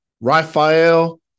Raphael